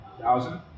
thousand